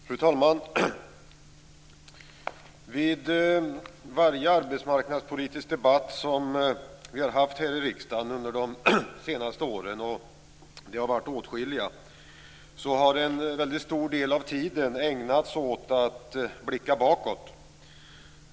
Fru talman! Vid varje arbetsmarknadspolitisk debatt som vi har haft här i riksdagen under de senaste åren - och det har varit åtskilliga - har en väldigt stor del av tiden ägnats åt att blicka bakåt.